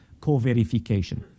co-verification